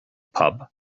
pub